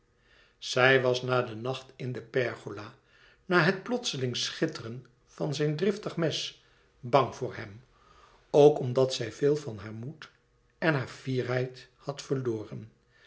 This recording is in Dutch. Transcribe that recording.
zij was na den nacht in de pergola na het plotselinge schitteren van zijn driftig mes bang voor hem ook omdat zij veel van haar moed en hare fierheid had verloren